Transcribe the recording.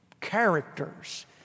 characters